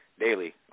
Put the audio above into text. daily